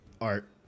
art